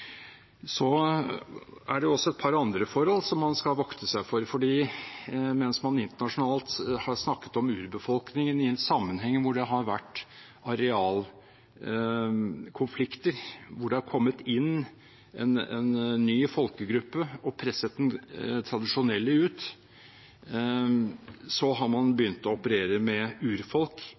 er også et par andre forhold man skal vokte seg for. Internasjonalt har man snakket om urbefolkningen i sammenheng med arealkonflikter, der det har kommet inn en ny folkegruppe og presset den tradisjonelle ut og man har begynt å operere med urfolk